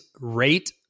rate